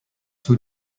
two